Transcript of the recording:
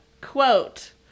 quote